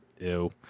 Ew